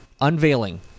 unveiling